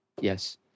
yes